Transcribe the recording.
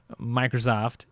Microsoft